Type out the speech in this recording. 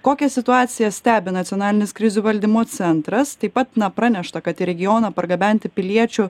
kokią situaciją stebi nacionalinis krizių valdymo centras taip pat na pranešta kad į regioną pargabenti piliečių